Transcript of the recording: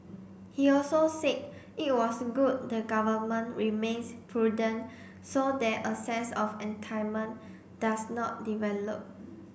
he also said it was good the Government remains prudent so that a sense of does not develop